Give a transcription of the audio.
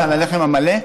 לפקח על הלחם המלא?